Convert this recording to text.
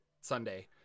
Sunday